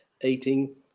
eating